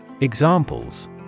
Examples